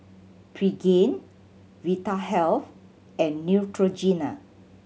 Pregain Vitahealth and Neutrogena